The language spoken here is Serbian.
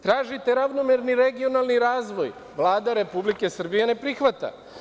Tražite ravnomerni regionalni razvoj, Vlada Republike Srbije ne prihvata.